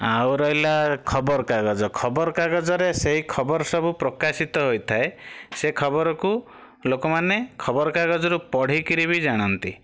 ଆଉ ରହିଲା ଖବରକାଗଜ ଖବରକାଗଜରେ ସେଇ ଖବର ସବୁ ପ୍ରକାଶିତ ହୋଇଥାଏ ସେ ଖବରକୁ ଲୋକମାନେ ଖବରକାଗଜରୁ ପଢ଼ିକିରି ବି ଜାଣନ୍ତି